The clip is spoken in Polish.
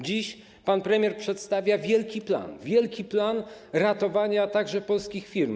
Dziś pan premier przedstawia wielki plan, wielki plan ratowania także polskich firm.